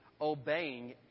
obeying